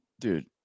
dude